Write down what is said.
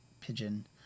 pigeon